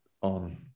on